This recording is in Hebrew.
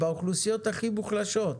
באוכלוסיות הכי מוחלשות.